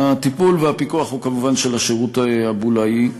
הטיפול והפיקוח הם כמובן של השירות הבולאי.